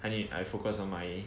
I need I focus on my